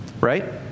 right